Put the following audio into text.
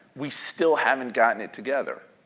we still haven't gotten it together.